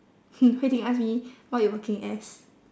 hmm hui ting ask me what you working as